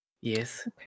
Yes